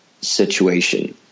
situation